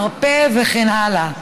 מרפא וכן הלאה.